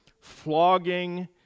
flogging